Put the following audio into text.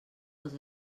els